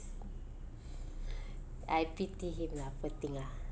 I pity him lah poor thing ah